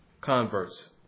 converts